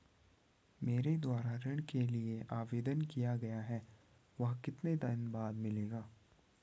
मेरे द्वारा ऋण के लिए आवेदन किया गया है वह कितने दिन बाद मिलेगा?